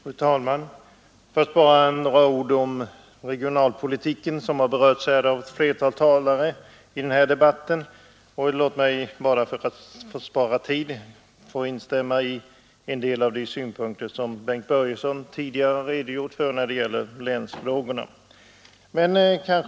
Fru talman! Först bara några ord om regionalpolitiken, som har berörts av ett flertal talare i den här debatten. Låt mig först för att spara tid instämma i de synpunkter som herr Börjesson i Falköping tidigare anförde när det gäller länsfrågorna.